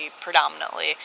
predominantly